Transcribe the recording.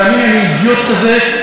אני אידיוט כזה,